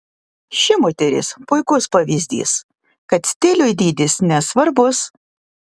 ši moteris puikus pavyzdys kad stiliui dydis nesvarbus